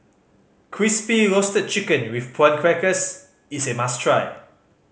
Crispy Roasted Chicken with Prawn Crackers is a must try